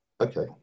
Okay